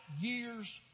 years